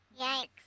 Yikes